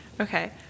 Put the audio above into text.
Okay